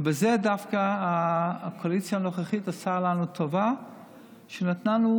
ובזה דווקא הקואליציה הנוכחית עשתה לנו טובה כשנתנה לנו